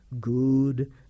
good